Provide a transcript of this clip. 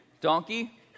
Donkey